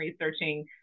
researching